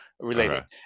related